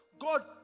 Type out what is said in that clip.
God